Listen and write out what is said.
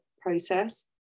process